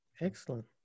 Excellent